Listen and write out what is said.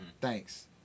Thanks